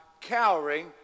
cowering